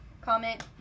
Comment